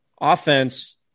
offense